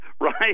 right